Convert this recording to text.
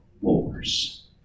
wars